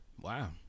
Wow